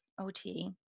OT